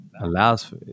allows